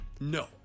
No